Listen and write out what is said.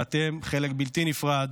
ואתם חלק בלתי נפרד